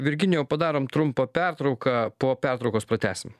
virginijau padarom trumpą pertrauką po pertraukos pratęsim